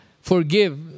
forgive